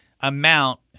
amount